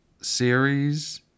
series